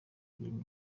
green